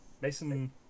Mason